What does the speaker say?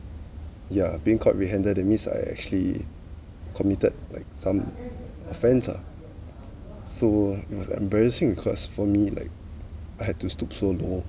ya being caught red handed that means I actually committed like some offence ah so it was embarrassing because for me like I had to stoop so low